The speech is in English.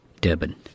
Durban